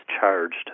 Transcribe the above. charged